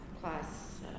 class